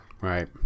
Right